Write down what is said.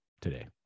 today